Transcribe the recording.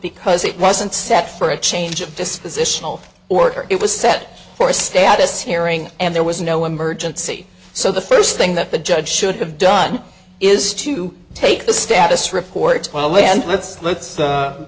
because it wasn't set for a change of dispositional order it was set for a status hearing and there was no emergency so the first thing that the judge should have done is to take the status report well and let's let's